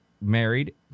married